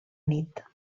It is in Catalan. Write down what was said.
nit